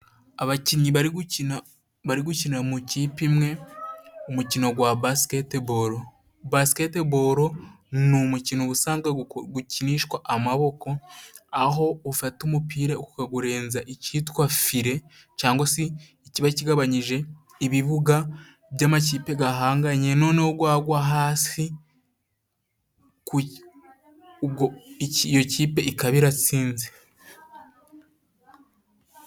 Abakinnyi bari gukina. Bari gukina mu ikipe imwe umukino gwa basiketiboro. Basiketiboro ni umukino ubusanzwe gukinishwa amaboko, aho ufata umupira ukagurenza icyitwa file cyangwa se ikiba kigabanyije ibibuga by'amakipe gahanganye, noneho gwagwa hasi iyo kipe ikaba iratsinze.